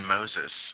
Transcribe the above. Moses